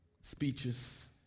speeches